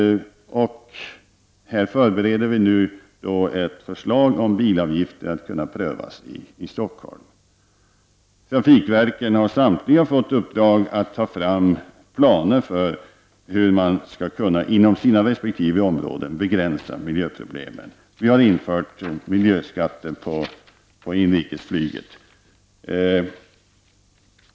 Vi förbereder förslag till bilavgifter som kan prövas i Stockholm. Samtliga trafikverk har fått i uppdrag att ta fram planer för hur de inom sina resp. områden skulle kunna begränsa miljöproblemen. Vi har infört miljöskatter på inrikesflyget.